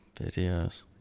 Videos